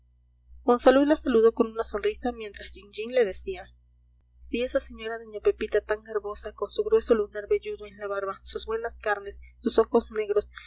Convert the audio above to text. monsalud la saludó con una sonrisa mientras jean jean le decía si esa señora doña pepita tan garbosa con su grueso lunar velludo en la barba sus buenas carnes sus ojos negros